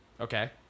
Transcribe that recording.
Okay